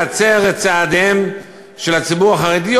להצר את צעדיהם של הציבור החרדי,